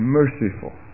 merciful